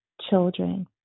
children